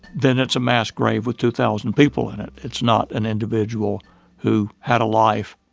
then it's a mass grave with two thousand people in it. it's not an individual who had a life.